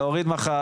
להוריד מחר,